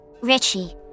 Richie